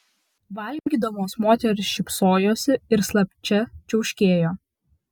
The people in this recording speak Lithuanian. valgydamos moterys šypsojosi ir slapčia čiauškėjo